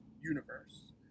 universe